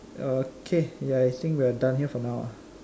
okay ya I think we are done here for now lah